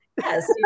Yes